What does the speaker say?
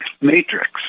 matrix